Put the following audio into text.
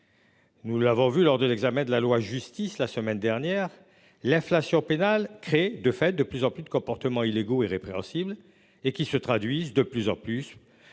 Nous l'avons vu lors de l'examen de la loi justice la semaine dernière l'inflation pénale crée de fait de plus en plus de comportements illégaux et répréhensible et qui se traduisent de plus en plus.